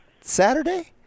Saturday